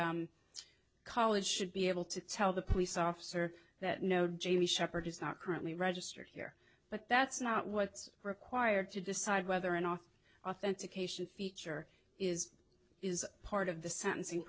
college should be able to tell the police officer that no jamie shepherd is not currently registered here but that's not what's required to decide whether an off authentication feature is is part of the sentencing